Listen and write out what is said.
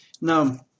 Now